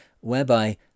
whereby